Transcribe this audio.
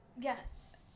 Yes